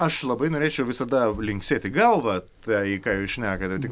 aš labai norėčiau visada linksėti galva tai ką jūs šnekate tik